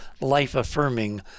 life-affirming